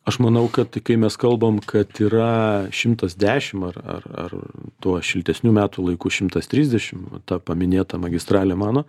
aš manau kad kai mes kalbam kad yra šimtas dešim ar ar ar tuo šiltesniu metų laiku šimtas trisdešim ta paminėta magistralė mano